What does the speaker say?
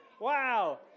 Wow